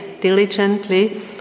diligently